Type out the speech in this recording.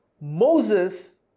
Moses